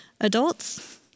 adults